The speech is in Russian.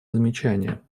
замечание